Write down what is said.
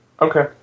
Okay